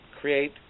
create